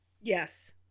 Yes